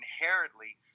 inherently